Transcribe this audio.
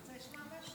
אתה רוצה לשמוע משהו?